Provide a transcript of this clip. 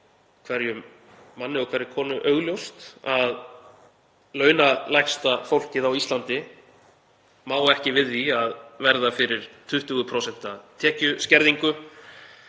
hverjum manni og hverri konu augljóst að launalægsta fólkið á Íslandi má ekki við því að verða fyrir 20% tekjuskerðingu